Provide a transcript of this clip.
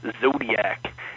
Zodiac